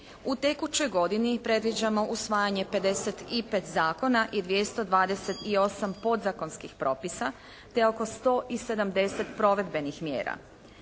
U tekućoj godini predviđamo usvajanje 55 zakona i 228 podzakonskih propisa, te oko 170 provedbenih mjera.